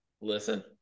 listen